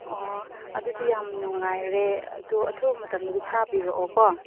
ꯑꯗꯨꯗꯤ ꯌꯥꯝ ꯅꯨꯡꯉꯥꯏꯔꯦ ꯑꯗꯣ ꯑꯊꯨꯕ ꯃꯇꯝꯗꯗꯤ ꯊꯥꯕꯤꯔꯛꯑꯣꯀꯣ